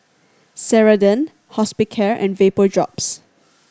Ceradan Hospicare and Vapodrops